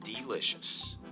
delicious